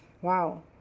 Wow